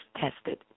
tested